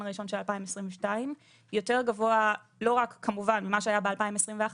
הראשון של שנת 2022. יותר גבוה - לא רק כמובן ממה שהיה בשנת 2021,